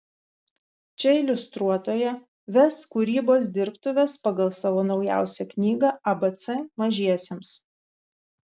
čia iliustruotoja ves kūrybos dirbtuves pagal savo naujausią knygą abc mažiesiems